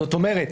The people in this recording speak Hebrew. זאת אומרת,